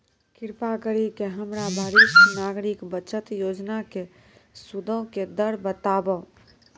कृपा करि के हमरा वरिष्ठ नागरिक बचत योजना के सूदो के दर बताबो